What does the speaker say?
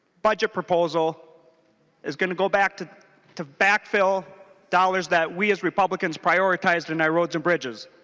budget proposal is going to go back to to backfill dollars that we as republicans prioritize in our roads and bridges.